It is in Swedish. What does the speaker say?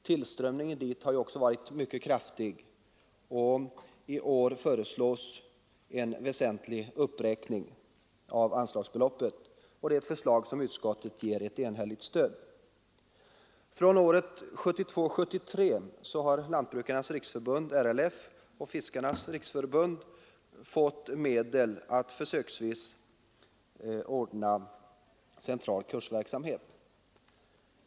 Tillströmningen till denna undervisning har också varit mycket kraftig, och i år föreslås en väsentlig uppräkning av anslagsbeloppet, ett förslag som utskottet ger ett enhälligt stöd. Från 1972/73 har Lantbrukarnas riksförbund och Sveriges fiskares riksförbund fått medel att försöksvis ordna central kursverksamhet.